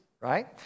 right